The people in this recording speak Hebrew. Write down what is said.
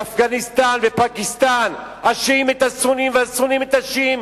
באפגניסטן ובפקיסטן: השיעים את הסונים והסונים את השיעים